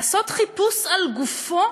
לעשות חיפוש על גופו,